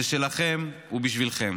זה שלכם ובשבילכם.